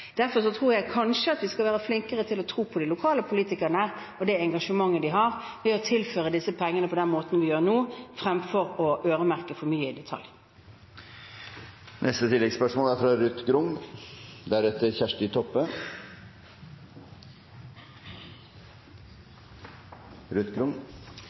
Derfor tror jeg kanskje at vi skal være flinkere til å tro på de lokale politikerne og det engasjementet de har, ved å tilføre disse pengene på den måten vi gjør nå, fremfor å øremerke for mye i detalj. Ruth Grung – til oppfølgingsspørsmål. Arbeiderpartiet til liks med Kristelig Folkeparti er